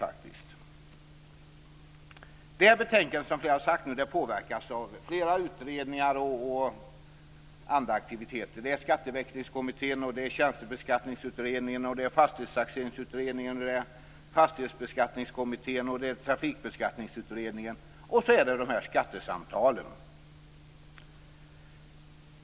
Detta betänkande påverkas av flera utredningar och andra aktiviteter. Det är Skatteväxlingskommittén, Tjänstebeskattningsutredningen, Fastighetstaxeringsutredningen, Fastighetsbeskattningskommittén, Trafikbeskattningsutredningen och dessa skattesamtal.